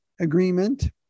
agreement